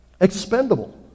expendable